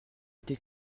été